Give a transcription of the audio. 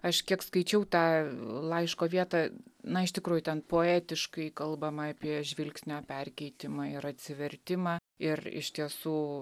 aš kiek skaičiau tą laiško vietą na iš tikrųjų ten poetiškai kalbama apie žvilgsnio perkeitimą ir atsivertimą ir iš tiesų